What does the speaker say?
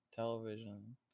Television